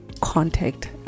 contact